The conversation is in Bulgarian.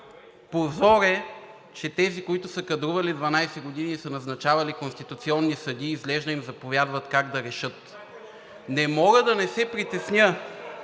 Позор е, че тези, които са кадрували 12 години и са назначавали конституционни съдии, изглежда им заповядват как да решат. Не мога да не се притесня